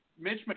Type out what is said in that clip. Mitch